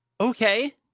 okay